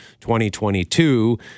2022